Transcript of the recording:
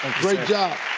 good job!